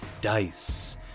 dice